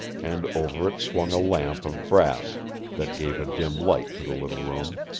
and over it swung a lamp of brass that gave a dim light to the little room.